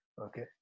okay